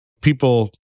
people